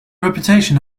reputation